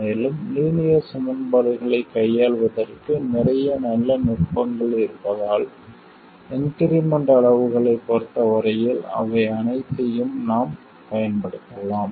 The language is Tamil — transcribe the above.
மேலும் லீனியர் சமன்பாடுகளைக் கையாளுவதற்கு நிறைய நல்ல நுட்பங்கள் இருப்பதால் இன்கிரிமென்ட் அளவுகளைப் பொறுத்த வரையில் அவை அனைத்தையும் நாம் பயன்படுத்தலாம்